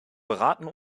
beraten